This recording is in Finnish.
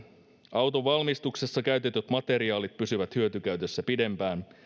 auton valmistuksessa käytetyt materiaalit pysyvät hyötykäytössä pidempään